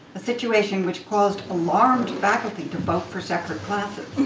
a situation which caused alarmed faculty to vote for separate classes.